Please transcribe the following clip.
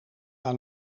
aan